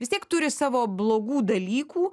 vis tiek turi savo blogų dalykų